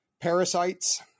Parasites